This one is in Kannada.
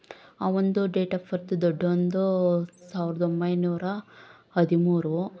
ಅವನದು ಡೇಟ್ ಆಫ್ ಬರ್ತ್ ದೊಡ್ಡವನದು ಸಾವಿರ್ದ ಒಂಬೈನೂರ ಹದಿಮೂರು